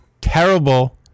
terrible